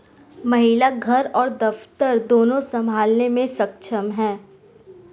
महिला घर और दफ्तर दोनो संभालने में सक्षम हैं